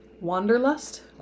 Wanderlust